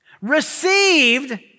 received